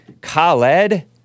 Khaled